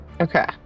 Okay